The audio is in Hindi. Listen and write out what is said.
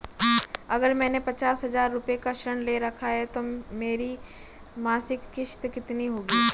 अगर मैंने पचास हज़ार रूपये का ऋण ले रखा है तो मेरी मासिक किश्त कितनी होगी?